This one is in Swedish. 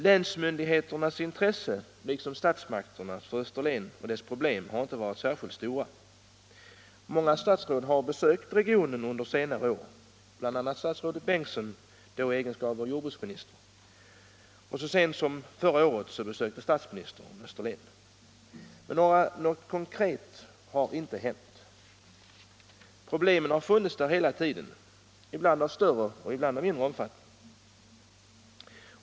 Länsmyndigheternas intresse — liksom statsmakternas — för Österlen och för dess problem har inte varit särskilt stort. Många statsråd har besökt regionen under senare år, bl.a. statsrådet Bengtsson — då i egenskap av jordbruksminister — och statsministern, som så sent som förra året besökte Österlen. Men något konkret har inte hänt. Problemen har funnits där hela tiden — ibland av större, ibland av mindre omfattning.